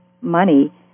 money